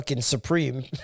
supreme